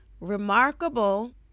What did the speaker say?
remarkable